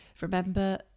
remember